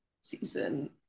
season